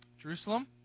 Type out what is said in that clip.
jerusalem